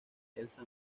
elsa